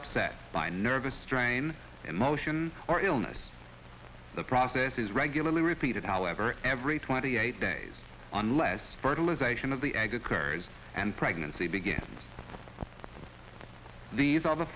upset by nervous strain emotion or illness the process is regularly repeated however every twenty eight days on less fertilization of the egg occurs and pregnancy begins these are the